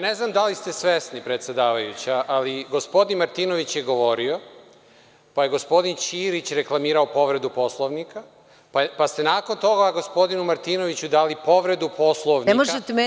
Ne znam da li ste svesni, predsedavajuća, ali gospodin Martinović je govorio, pa je gospodin Ćirić reklamirao povredu Poslovnika, pa ste nakon toga gospodinu Martinoviću dali povredu Poslovnika na ono što je on govorio…